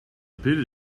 pity